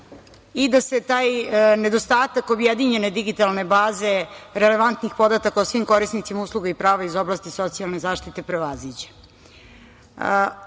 i da se taj nedostatak objedinjene digitalne baze relevantnih podataka o svim korisnicima usluga i prava iz socijalne zaštite prevaziđe.